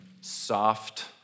soft